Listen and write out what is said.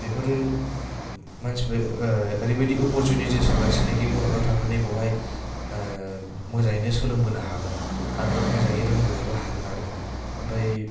बेफोरो मानसिफ्रा अफरसुनिथि होगासिनो दंदि गथ'फ्रा थांनानै बेवहाय मोजाङैनो सोलोंबोनो हागोन आरो मोजाङै रोंबोनोबो हागोन आरो ओमफाय